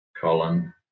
Colin